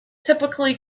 typically